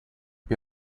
più